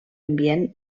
ambient